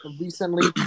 recently